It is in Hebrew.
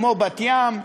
כמו בת-ים,